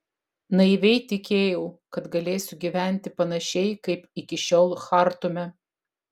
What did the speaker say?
naiviai tikėjau kad galėsiu gyventi panašiai kaip iki šiol chartume